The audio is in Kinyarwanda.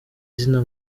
izina